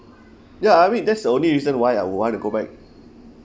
ya I mean that's the only reason why I want to go back